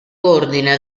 ordina